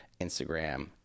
instagram